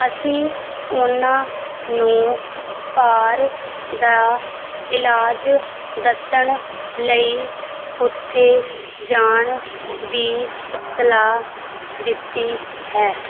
ਅਸੀਂ ਉਹਨਾਂ ਨੂੰ ਭਾਰ ਦਾ ਇਲਾਜ ਦੱਸਣ ਲਈ ਉੱਥੇ ਜਾਣ ਦੀ ਸਲਾਹ ਦਿੱਤੀ ਹੈ